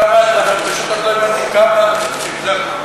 אבל פשוט עוד לא הבנתי כמה התקציב, זה הכול.